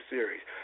Series